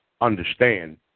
Understand